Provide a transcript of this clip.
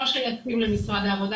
לא שייכים למשרד העבודה.